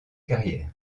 carrière